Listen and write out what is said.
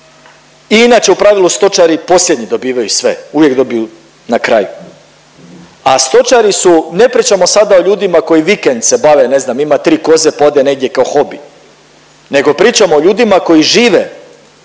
I inače u pravilu, stočari posljednji dobivaju sve, uvijek dobiju na kraju, a stočari su, ne pričamo sada o ljudima koji vikend se bave, ne znam, ima 3 koze pa ode negdje kao hobi, nego pričamo o ljudima koji žive